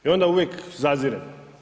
I onda uvijek zazirem.